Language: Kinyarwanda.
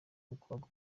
agomba